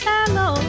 Hello